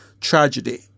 tragedy